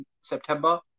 September